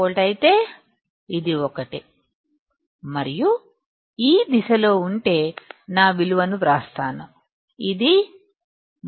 ID ఇంకా పెరుగుతోంది అంటే నా IDSS గరిష్ట కరెంట్ కాదు నా IDSS గరిష్ట కరెంట్ కాదు ఎందుకంటే నేను నా VDS 0 వోల్ట్ను పెంచుకుంటే కరెంట్ IDపెరుగుతున్నట్లు నేను ఇప్పటికీ చూడగలను